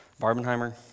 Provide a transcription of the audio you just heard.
Barbenheimer